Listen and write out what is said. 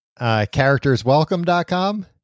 characterswelcome.com